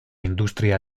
industria